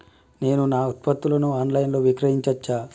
నేను నా ఉత్పత్తులను ఆన్ లైన్ లో విక్రయించచ్చా?